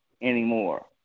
anymore